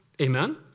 Amen